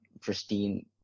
pristine